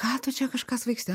ką tu čia kažką svaigsti